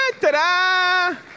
ta-da